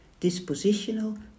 dispositional